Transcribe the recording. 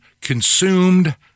consumed